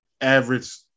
average